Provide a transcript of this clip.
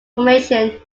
formation